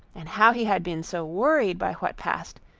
and how he had been so worried by what passed,